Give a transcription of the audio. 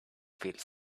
feels